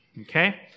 Okay